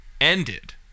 ended